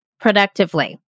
productively